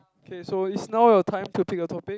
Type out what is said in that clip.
okay so it's now your time to pick a topic